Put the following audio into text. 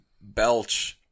belch